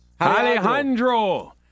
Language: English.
Alejandro